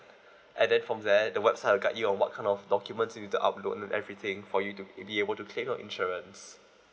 and then from there the website will guide you on what kind of documents you need to upload and everything for you to be able to claim your insurance